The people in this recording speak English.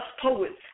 poets